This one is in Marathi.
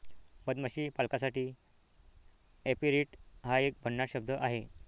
मधमाशी पालकासाठी ऍपेरिट हा एक भन्नाट शब्द आहे